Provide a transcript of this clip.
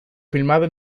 filmado